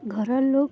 ଘରର ଲୋକ